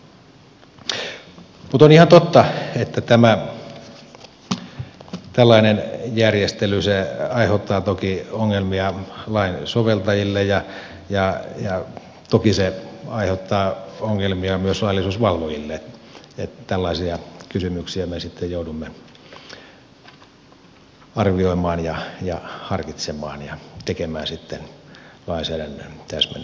mutta on ihan totta että tämä tällainen järjestely aiheuttaa toki ongelmia lain soveltajille ja toki se aiheuttaa ongelmia myös laillisuusvalvojille että tällaisia kysymyksiä me sitten joudumme arvioimaan ja harkitsemaan ja tekemään sitten lainsäädännön täsmennysesityksiä